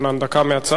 דקה מהצד,